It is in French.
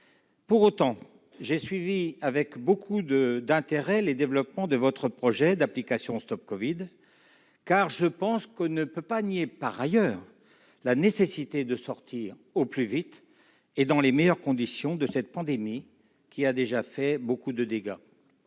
Pour autant, j'ai suivi avec beaucoup d'intérêt les développements du projet d'application StopCovid. En effet, j'en suis également convaincu : on ne peut pas nier la nécessité de sortir au plus vite, et dans les meilleures conditions, de cette pandémie qui a déjà fait beaucoup de dégâts.